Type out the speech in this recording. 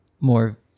more